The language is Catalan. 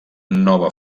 nova